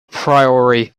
priori